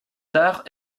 tard